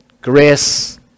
Grace